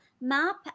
map